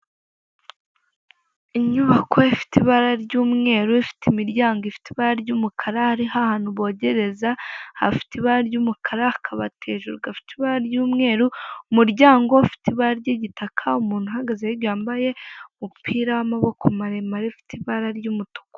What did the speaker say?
Inyubako ifite ibara ry'umweru, ifite imiryango ifite ibara ry'umukara, hariho ahantu bogereza hafite ibara ry'umukara, akabati hejuru gafite ibara ry'umweru, umuryango ufite ibara ry'igitaka, umuntu uhagaze hirya wambaye umupira w'amaboko maremare ufite ibara ry'umutuku.